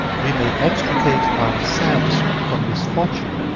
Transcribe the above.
we may extricate ourselves from misfortune.